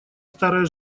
старая